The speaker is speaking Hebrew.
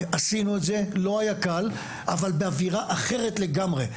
עשינו את זה, לא היה קל, אבל באווירה אחרת לגמרי.